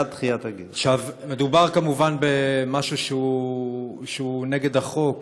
עכשיו, מדובר כמובן במשהו שהוא נגד החוק.